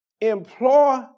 Employ